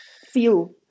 feel